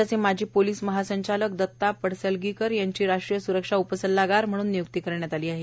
राज्याचे माजी पोलिस महासंचालक दत्ता पडसलगीकर यांची राष्ट्रीय सुरक्षा उपसल्लागार म्हणून निय्क्ती करण्यात आली आहे